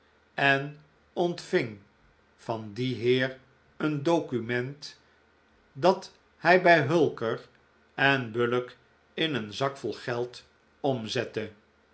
en ontving van dien i i j m hees een document dat hij bij hulker en bullock in een zak vol geld omzette